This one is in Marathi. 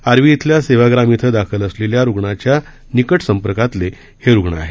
आर्वी येथील सेवाग्राम इथे दाखल असलेल्या रुग्णाच्या निकट संपर्कातील हे रुग्ण आहेत